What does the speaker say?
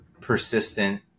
persistent